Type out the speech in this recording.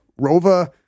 Rova